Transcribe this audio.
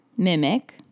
Mimic